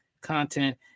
content